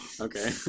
okay